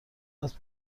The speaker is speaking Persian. است